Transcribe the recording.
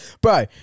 Bro